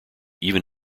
even